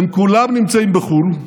הם כולם נמצאים בחו"ל,